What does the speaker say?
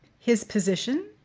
his position?